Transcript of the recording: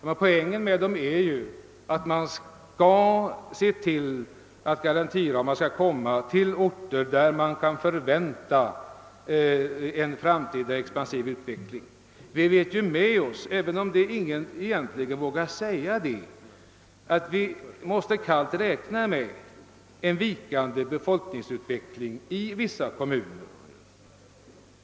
Men poängen med dem är ju att man skall se till att garantiramar skall införas på orter där man kan förvänta en framtida expansiv utveckling. Vi vet ju, även om ingen egentligen vågar säga det, att vi kallt måste räkna med en vikande befolkningsutveckling i vissa kommuner.